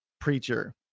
preacher